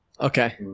Okay